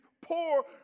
poor